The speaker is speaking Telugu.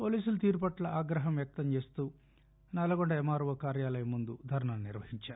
పోలీసుల తీరు పట్ల ఆగ్రహం వ్యక్తం చూస్తూ నల్లగొండ ఎమ్మార్వో కార్యాలయం ముందు ధర్నా నిర్వహించారు